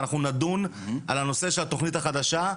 ואנחנו נדון על הנושא של התכנית החדשה,